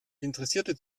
interessierte